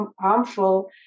harmful